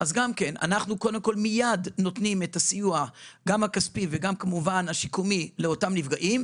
אנחנו נותנים מייד את הסיוע הכספי והשיקומי לאותם נפגעים,